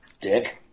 Dick